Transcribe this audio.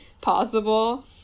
possible